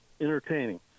entertaining